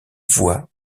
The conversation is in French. voies